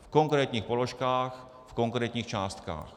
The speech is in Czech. V konkrétních položkách, v konkrétních částkách.